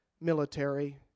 military